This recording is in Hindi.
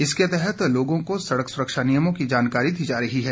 इसके तहत लोगों को सड़क सुरक्षा नियमों की जानकारी दी जा रही है